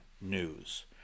news